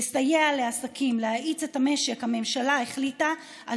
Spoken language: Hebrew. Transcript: לסייע לעסקים ולהאיץ את המשק הממשלה החליטה על